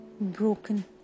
broken